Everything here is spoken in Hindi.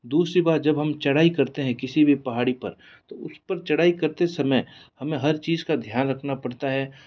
दूसरी बात जब हम चढ़ाई करते हैं किसी भी पहाड़ी पर तो उसपर चढ़ाई करते समय हमें हर चीज़ का ध्यान रखना पड़ता है